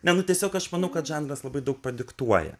ne nu tiesiog aš manau kad žanras labai daug padiktuoja